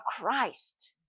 Christ